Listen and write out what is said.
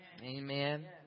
Amen